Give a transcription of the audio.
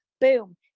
boom